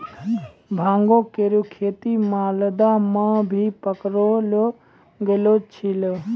भांगो केरो खेती मालदा म भी पकड़लो गेलो छेलय